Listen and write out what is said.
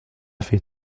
fait